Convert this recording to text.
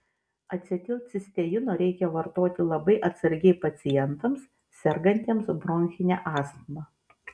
acetilcisteino reikia vartoti labai atsargiai pacientams sergantiems bronchine astma